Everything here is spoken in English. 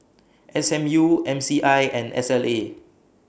S M U M C I and S L A